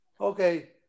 Okay